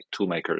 toolmakers